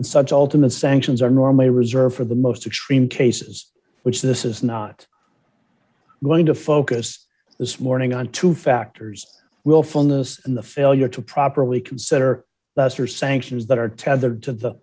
and such ultimate sanctions are normally reserved for the most extreme cases which this is not going to focus this morning on two factors willfulness in the failure to properly consider the us or sanctions that are tethered to the